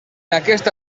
aquesta